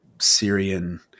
Syrian